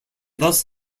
thus